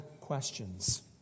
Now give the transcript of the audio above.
questions